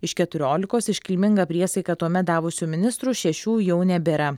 iš keturiolikos iškilmingą priesaiką tuomet davusių ministrų šešių jau nebėra